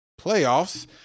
playoffs